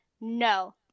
no